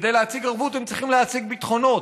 כדי להציג ערבות, הם צריכים להציג ביטחונות.